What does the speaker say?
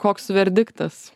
koks verdiktas